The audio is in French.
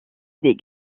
des